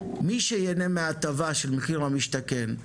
מי שייהנה מהטבה של המחיר למשתכן,